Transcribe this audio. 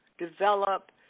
develop